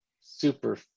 super